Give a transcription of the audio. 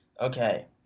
Okay